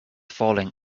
falling